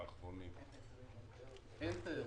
אין תיירות.